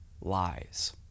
Lies